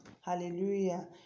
hallelujah